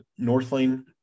Northlane